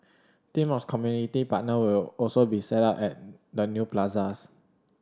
team of community partner will also be set up at the new plazas